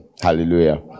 Hallelujah